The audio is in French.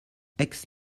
aix